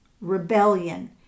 rebellion